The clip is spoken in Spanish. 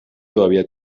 todavía